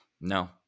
No